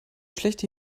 schlechte